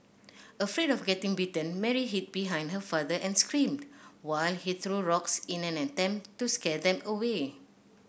afraid of getting bitten Mary hid behind her father and screamed while he threw rocks in an attempt to scare them away